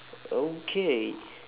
okay